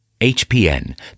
Hpn